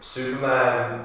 Superman